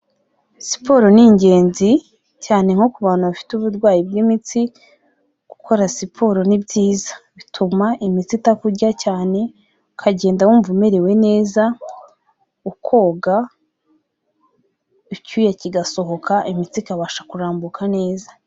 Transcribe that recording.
Siporo ni ingenzi cyane nko ku bantu bafite uburwayi bw'imitsi, gukora siporo ni byiza bituma imitsi itakurya cyane, ukagenda wumva umerewe neza, ukoga icyuya kigasohoka imitsi ikabasha kurambuka neza.